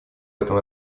этом